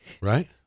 Right